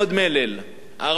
הרבה מאוד כתבות,